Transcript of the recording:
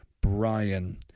Brian